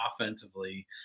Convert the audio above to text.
offensively